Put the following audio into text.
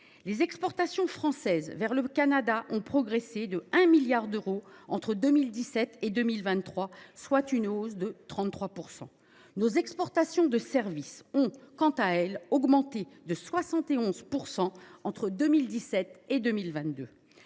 Les exportations françaises vers le Canada ont progressé de 1 milliard d’euros entre 2017 et 2023, ce qui représente une hausse de 33 %. Nos exportations de services ont, quant à elles, augmenté de 71 % entre 2017 et 2022.